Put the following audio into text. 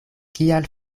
kial